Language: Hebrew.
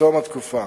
בתום התקופה,